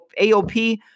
AOP